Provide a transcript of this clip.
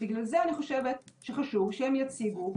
בגלל זה אני חושבת שחשוב שהם יציגו,